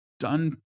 done